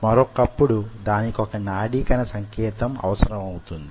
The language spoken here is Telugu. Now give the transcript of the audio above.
మరొక్కప్పుడు దానికొక నాడీకణ సంకేతం అవసరం అవుతుంది